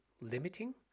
limiting